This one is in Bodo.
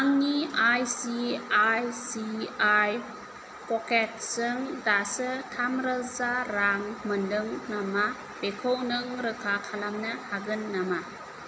आंनि आईसिआईसिआई पकेट्सजों दासो थाम रोजा रां मोनदों नामा बेखौ नों रोखा खालामनो हागोन नामा